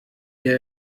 ihr